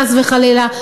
חס וחלילה,